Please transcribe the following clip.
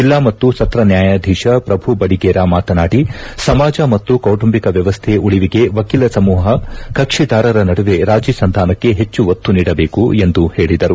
ಜಿಲ್ಲಾ ಮತ್ತು ಸತ್ತ ನ್ಯಾಯಾಧೀತ ಪ್ರಭು ಬಡಿಗೇರ ಮಾತನಾಡಿ ಸಮಾಜ ಮತ್ತು ಕೌಟುಂಬಿಕ ವ್ಯಮ್ನೆ ಉಳಿವಿಗೆ ವಕೀಲ ಸಮೂಹ ಕಕ್ಷಿದಾರರ ನಡುವೆ ರಾಜೀ ಸಂಧಾನಕ್ಕೆ ಹೆಚ್ಚು ಒತ್ತು ನೀಡಬೇಕು ಎಂದು ಹೇಳಿದರು